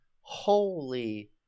Holy